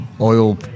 oil